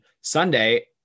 Sunday